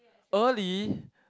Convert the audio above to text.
early